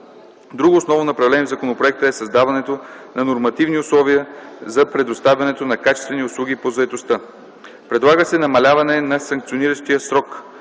Друго основно направление в законопроекта е създаването на нормативни условия за предоставянето на качествени услуги по заетостта. Предлага се намаляване на санкциониращия срок